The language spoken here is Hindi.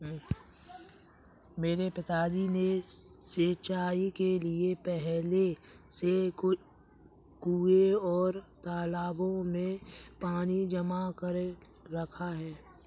मेरे पिताजी ने सिंचाई के लिए पहले से कुंए और तालाबों में पानी जमा कर रखा है